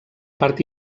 part